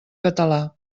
català